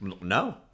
No